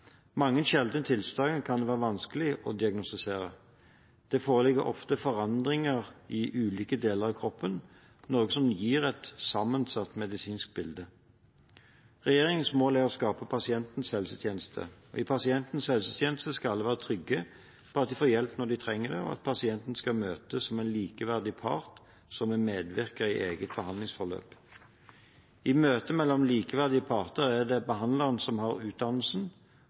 Mange sjeldne tilstander kan det være vanskelig å diagnostisere. Det foreligger ofte forandringer i ulike deler av kroppen, noe som gir et sammensatt medisinsk bilde. Regjeringens mål er å skape pasientens helsetjeneste. I pasientens helsetjeneste skal alle være trygge på at de får hjelp når de trenger det, og at pasienten skal møtes som en likeverdig part som vil medvirke i eget behandlingsforløp. I møte mellom likeverdige parter er det behandleren som har utdannelsen,